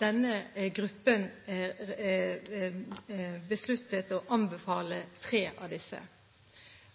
denne gruppen besluttet å anbefale tre av disse.